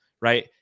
right